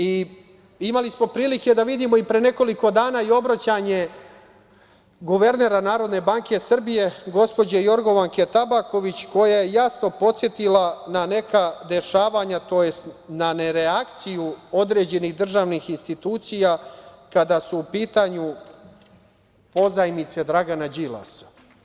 Imali smo prilike da vidimo pre nekoliko dana i obraćanje guvernera NBS, gospođe Jorgovanke Tabaković, koja je jasno podsetila na neka dešavanja, tj. na nereakciju određenih državnih institucija kada su u pitanju pozajmice Dragana Đilasa.